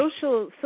social